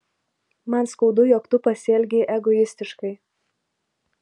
man skaudu jog tu pasielgei egoistiškai